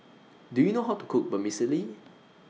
Do YOU know How to Cook Vermicelli